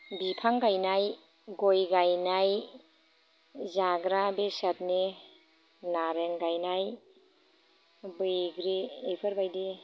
बिफां गायनाय गय गायनाय जाग्रा बेसादनि नारें गायनाय बैग्रि इफोरबायदि